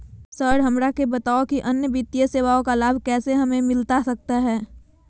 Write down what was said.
Sir हमरा के बताओ कि अन्य वित्तीय सेवाओं का लाभ कैसे हमें मिलता सकता है?